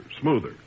smoother